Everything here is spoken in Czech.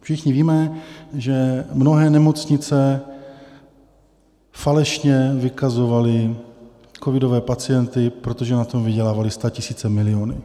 Všichni víme, že mnohé nemocnice falešně vykazovaly covidové pacienty, protože na tom vydělávaly statisíce, miliony.